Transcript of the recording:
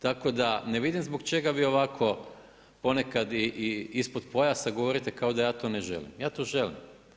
Tako da ne vidim zbog čega bi ovako ponekad i ispod pojasa govorite kao da ja to ne želim, ja to želim.